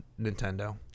Nintendo